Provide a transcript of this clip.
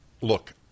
Look